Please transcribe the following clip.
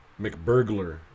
McBurglar